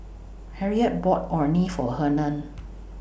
Harriette bought Orh Nee For Hernan